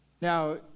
Now